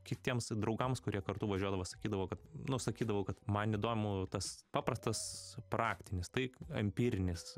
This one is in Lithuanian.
kitiems draugams kurie kartu važiuodavo sakydavo kad nu sakydavau kad man įdomu tas paprastas praktinis taip empirinis